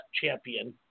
champion